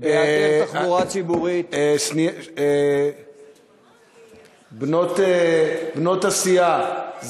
בהיעדר תחבורה ציבורית, בנות הסיעה.